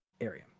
area